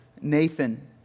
Nathan